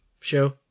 show